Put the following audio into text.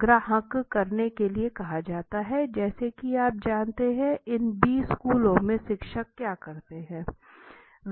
ग्रहण करने के लिए कहा जाता है जैसा कि आप जानते हैं इन बी स्कूलों में शिक्षक क्या करते हैं